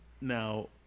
Now